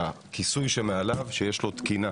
והכיסוי שמעליו שיש לו תקינה,